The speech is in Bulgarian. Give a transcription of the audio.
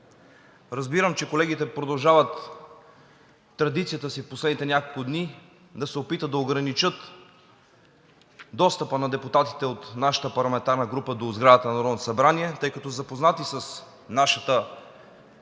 Разбирам, че колегите продължават традицията си в последните няколко дни да се опитват да ограничат достъпа на депутатите от нашата парламентарна група до сградата на Народното събрание, тъй като са запознати с нашата